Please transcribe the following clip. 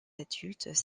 adultes